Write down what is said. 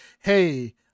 hey